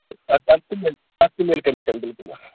اَتھ تہِ میلہِ کٔمِشن آ بِلکُل آ